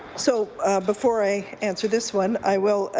so before i answer this one, i will,